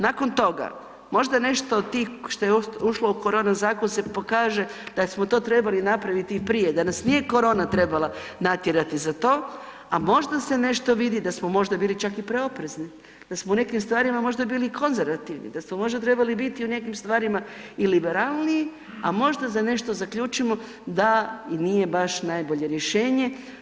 Nakon toga, možda nešto od tih što je ušlo u korona zakon se pokaže da smo to trebali napraviti i prije, da nas nije korona trebala natjerati za to, a možda se nešto vidi da smo možda bili čak i preoprezni, da smo u nekim stvarima bili možda i konzervativni, da smo možda trebali biti u nekim stvarima i liberalniji, a možda za nešto zaključimo da i nije baš najbolje rješenje.